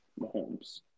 Mahomes